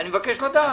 אני מבקש לדעת.